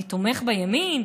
אני תומך בימין,